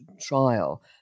trial